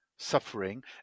suffering